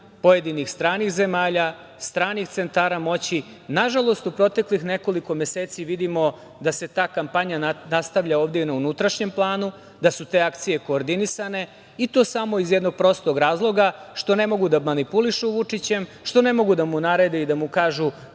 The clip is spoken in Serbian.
pojedinih stranih zemalja, stranih centara moći. Nažalost, u proteklih nekoliko meseci vidimo da se ta kampanja nastavlja ovde i na unutrašnjem planu, da su te akcije koordinisane, i to samo iz jednog prostog razloga - što ne mogu da manipulišu Vučićem, što ne mogu da mu narede i da mu kažu